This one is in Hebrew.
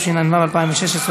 התשע"ו 2016,